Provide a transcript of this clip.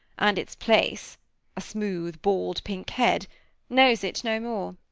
and its place a smooth, bald, pink head knows it no more.